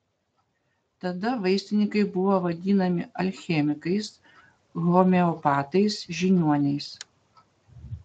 tada vaistininkai buvo vadinami alchemikais homeopatais žiniuoniais